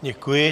Děkuji.